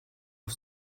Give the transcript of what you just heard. auf